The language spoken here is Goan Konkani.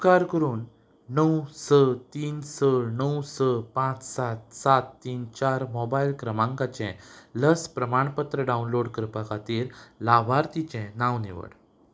उपकार करून णव स तीन स णव स पांच सात सात तीन चार मोबायल क्रमांकाचें लस प्रमाणपत्र डावनलोड करपा खातीर लाभार्थीचें नांव निवड